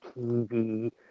tv